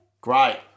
Great